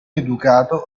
educato